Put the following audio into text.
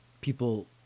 people